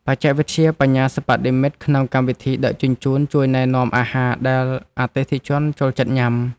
បច្ចេកវិទ្យាបញ្ញាសិប្បនិម្មិតក្នុងកម្មវិធីដឹកជញ្ជូន ជួយណែនាំអាហារដែលអតិថិជនចូលចិត្តញ៉ាំ។